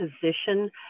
position